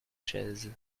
chaises